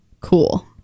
cool